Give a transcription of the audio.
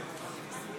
לגפני.